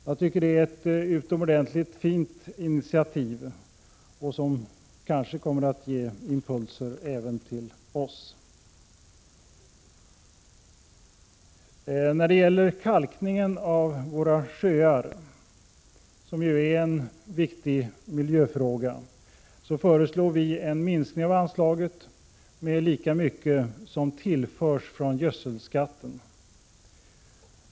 Jag tycker att det är ett utomordentligt fint initiativ, som kanske kommer att ge impulser även till oss. När det gäller kalkning av våra sjöar, som är en viktig miljöfråga, föreslår vi en minskning av anslaget med lika mycket som tillförs från gödselskatten.